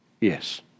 Yes